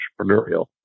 entrepreneurial